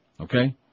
Okay